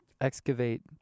excavate